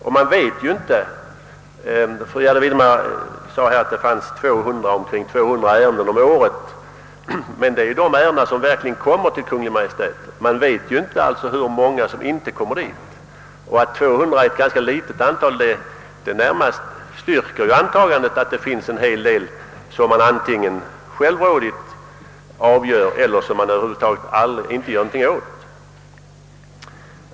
Fru Gärde Widemar nämnde att det rör sig om cirka 200 ärenden per år. Men det är ju de ärenden som verkligen förs till Kungl. Maj:t — vi vet inte hur många det verkligen finns. 200 är ett litet antal, och det styrker antagandet att det är en hel del ärenden som man antingen självrådigt avgör eller som det över huvud taget inte görs något åt.